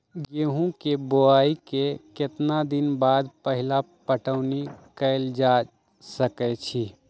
गेंहू के बोआई के केतना दिन बाद पहिला पटौनी कैल जा सकैछि?